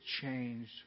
changed